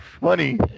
funny